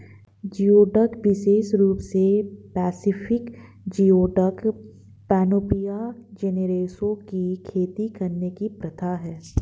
geoduck विशेष रूप से पैसिफिक जियोडक, पैनोपिया जेनेरोसा की खेती करने की प्रथा है